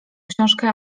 książkę